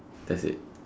that's it